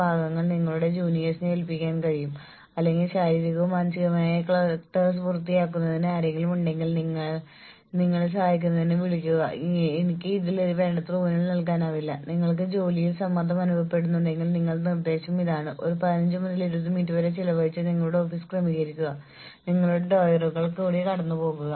ജീവനക്കാരുടെ വേതനത്തിന്റെ അനുപാതം വിപുലീകരിക്കുക അത് വിജ്ഞാന തൊഴിലാളികൾ എന്ന് വിളിക്കപ്പെടുന്നവർക്കായി വികസിപ്പിച്ച നയങ്ങൾ വികസിപ്പിച്ചെടുക്കുക അത് സ്ഥാപനത്തിൽ ജോലിയിൽ തുടരുമ്പോൾ തന്നെ അവർ പിന്തുടരാനിടയുള്ള പണമടച്ചുള്ള ബാഹ്യ അവസരങ്ങളുടെ തരങ്ങൾ വ്യക്തമാക്കുന്നു